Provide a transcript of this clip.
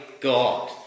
God